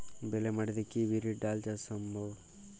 বেলে মাটিতে কি বিরির ডাল চাষ সম্ভব?